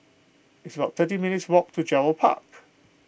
it's about thirteen minutes' walk to Gerald Park